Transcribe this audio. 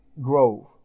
Grove